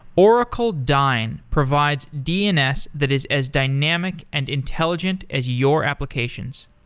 oracle dyn provides dns that is as dynamic and intelligent as your applications.